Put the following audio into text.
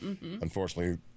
unfortunately